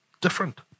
different